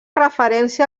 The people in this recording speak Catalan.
referència